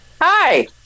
Hi